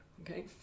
okay